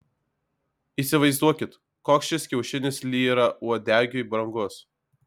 įsivaizduokit koks šis kiaušinis lyrauodegiui brangus